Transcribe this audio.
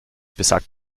besagt